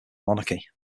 monarchy